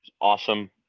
awesome